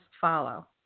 follow